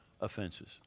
offenses